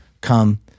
come